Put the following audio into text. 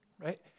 right